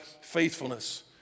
faithfulness